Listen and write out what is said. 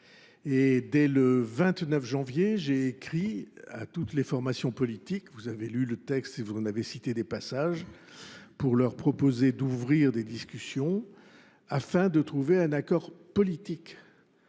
Dès le 29 janvier, j’ai écrit à toutes les formations politiques – vous avez lu le texte, vous en avez cité des passages – pour leur proposer d’ouvrir des discussions afin de trouver un accord politique